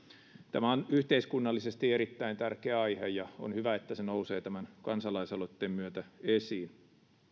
tämä on yhteiskunnallisesti erittäin tärkeä aihe ja on hyvä että se nousee tämän kansalaisaloitteen myötä esiin